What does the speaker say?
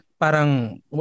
parang